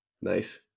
Nice